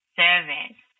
service